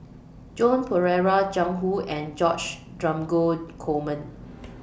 Joan Pereira Jiang Hu and George Dromgold Coleman